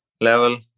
level